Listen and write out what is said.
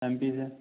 M P से